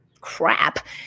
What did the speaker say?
crap